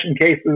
cases